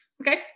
Okay